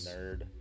nerd